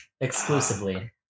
Exclusively